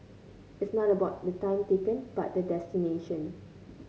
it's not about the time taken but the destination